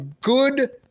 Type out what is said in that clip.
good